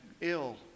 ill